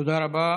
תודה רבה.